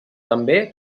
també